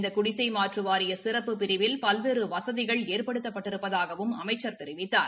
இந்த குடிசை மாற்று வாரிய சிறப்புப் பிரிவில் பல்வேறு வசதிகள் ஏறப்டுத்தப்பட்டிருப்பதாகவும் அமைச்சர் தெரிவித்தார்